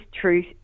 truth